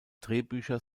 drehbücher